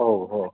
हो हो